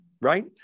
right